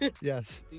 Yes